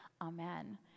Amen